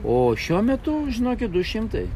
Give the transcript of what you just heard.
o šiuo metu žinokit du šimtai